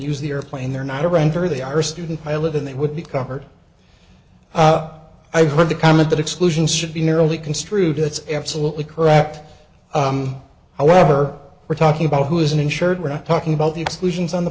use the airplane they're not a ranter they are a student pilot and they would be covered up i heard the comment that exclusions should be narrowly construed it's absolutely correct however we're talking about who is an insured we're not talking about the exclusions on the